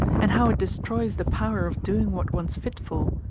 and how it destroys the power of doing what one's fit for,